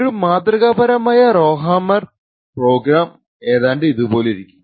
ഒരു മാതൃകാപരമായ റൊഹാമ്മേർഡ് പ്രോഗ്രാം ഏതാണ്ട് ഇതുപോലിരിക്കും